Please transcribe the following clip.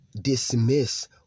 dismiss